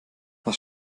was